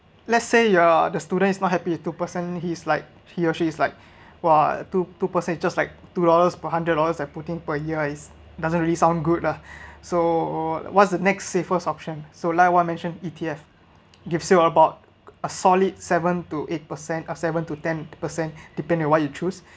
let's say you’re the students is not happy with two percent he's like he or she is like !wah! two two percent just like two dollars per hundred dollars like putting per year is doesn't really sound good lah so what's the next safer option so like what I mention E_T_F gives you about a solid seven to eight percent or seven to ten percent depend on what you choose